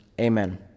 Amen